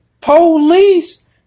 police